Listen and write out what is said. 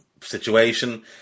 situation